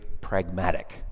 pragmatic